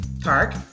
Park